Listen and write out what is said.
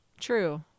True